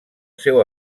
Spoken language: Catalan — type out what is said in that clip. seu